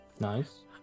Nice